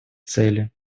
цели